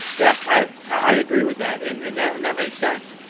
yeah, i agree with that, and and that and that makes sense,